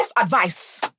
advice